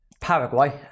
Paraguay